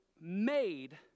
made